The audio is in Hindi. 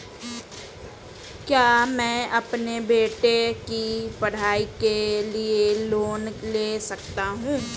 क्या मैं अपने बेटे की पढ़ाई के लिए लोंन ले सकता हूं?